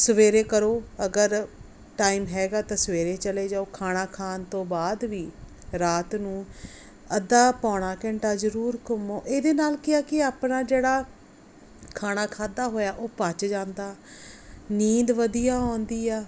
ਸਵੇਰੇ ਕਰੋ ਅਗਰ ਟਾਈਮ ਹੈਗਾ ਤਾਂ ਸਵੇਰੇ ਚਲੇ ਜਾਓ ਖਾਣਾ ਖਾਣ ਤੋਂ ਬਾਅਦ ਵੀ ਰਾਤ ਨੂੰ ਅੱਧਾ ਪੌਣਾ ਘੰਟਾ ਜ਼ਰੂਰ ਘੁੰਮੋ ਇਹਦੇ ਨਾਲ ਕੀ ਆ ਕਿ ਆਪਣਾ ਜਿਹੜਾ ਖਾਣਾ ਖਾਧਾ ਹੋਇਆ ਉਹ ਪਚ ਜਾਂਦਾ ਨੀਂਦ ਵਧੀਆ ਆਉਂਦੀ ਆ